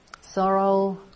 sorrow